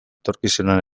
etorkizunean